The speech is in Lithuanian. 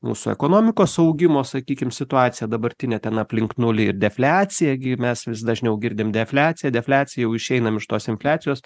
mūsų ekonomikos augimo sakykim situacija dabartinė ten aplink nulį ir defliacija gi mes vis dažniau girdim defliacija defliacija jau išeinam iš tos infliacijos